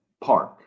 park